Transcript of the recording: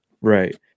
right